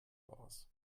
aus